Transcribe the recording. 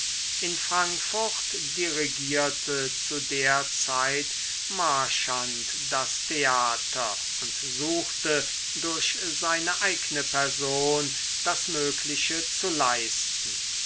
in frankfurt dirigierte zu der zeit marchand das theater und suchte durch seine eigne person das mögliche zu leisten